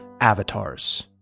avatars